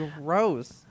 Gross